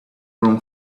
grown